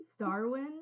Starwind